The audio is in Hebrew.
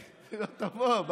תבוא.